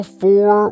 four